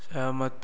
सहमत